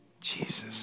Jesus